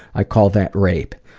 i call that rape.